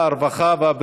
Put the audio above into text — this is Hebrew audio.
הוראת שעה) (תיקון),